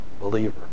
believer